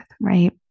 right